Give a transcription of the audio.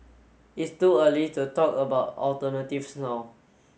it's too early to talk about alternatives now